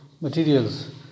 materials